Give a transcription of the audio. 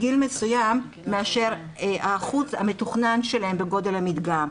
מסוים מאשר האחוז המתוכנן שלהם בגודל המדגם,